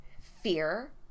fear